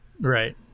Right